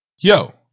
Yo